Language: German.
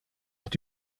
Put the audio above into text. auch